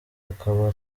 akaba